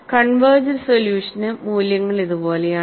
converged സൊല്യൂഷന് മൂല്യങ്ങൾ ഇതുപോലെയാണ്